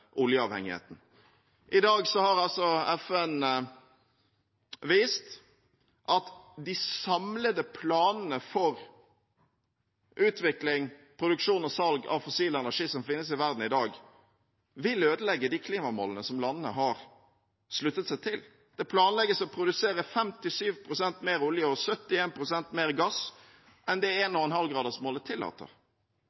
har FN vist at de samlede planene for utvikling, produksjon og salg av fossil energi som finnes i verden i dag, vil ødelegge de klimamålene som landene har sluttet seg til. Det planlegges å produsere 57 pst. mer olje og 71 pst. mer gass enn det 1,5-gradersmålet tillater. Det er et paradoks som flertallet i Stortinget er